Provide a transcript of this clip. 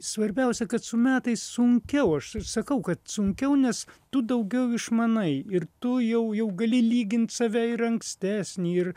svarbiausia kad su metais sunkiau aš ir sakau kad sunkiau nes tu daugiau išmanai ir tu jau jau gali lygint save ir ankstesnį ir